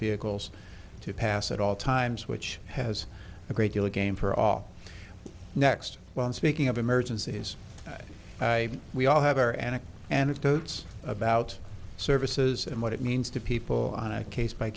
vehicles to pass at all times which has a great deal again for all next well speaking of emergencies we all have our and anecdotes about services and what it means to people on a case by